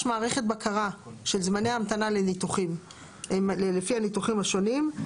מערכת בקרה של זמני המתנה לניתוחים לפי הניתוחים השונים.